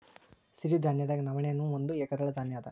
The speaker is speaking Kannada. ಸಿರಿಧಾನ್ಯದಾಗ ನವಣೆ ನೂ ಒಂದ ಏಕದಳ ಧಾನ್ಯ ಇದ